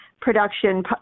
production